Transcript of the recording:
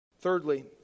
thirdly